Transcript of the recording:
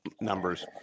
numbers